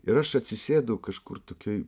ir aš atsisėdu kažkur tokioj